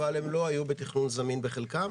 אבל הם לא היו בתכנון זמין בחלקם,